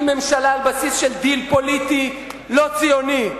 ממשלה על בסיס של דיל פוליטי לא ציוני?